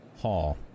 hall